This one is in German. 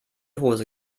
hose